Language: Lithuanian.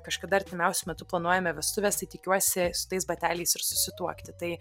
kažkada artimiausiu metu planuojame vestuves tai tikiuosi su tais bateliais ir susituokti tai